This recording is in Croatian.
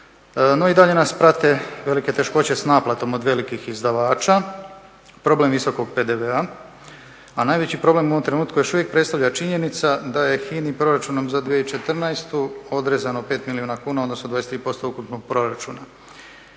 no i dalje nas prate velike teškoće s naplatom od velikih izdavača, problem visokog PDV-a, a najveći problem u ovom trenutku još uvijek predstavlja činjenica da je HINA-i proračunom za 2014. odrezano 5 milijuna kuna, odnosno 23% ukupnog proračuna.